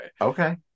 Okay